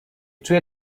czuję